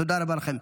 תודה רבה לכם.